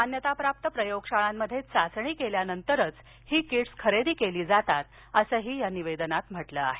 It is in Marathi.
मान्यताप्राप्त प्रयोगशाळांमध्ये चाचणी केल्यावरच ही किट्स खरेदी केली जातात असं या निवेदनात म्हटलं आहे